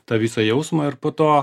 tą visą jausmą ir po to